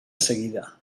seguida